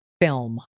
film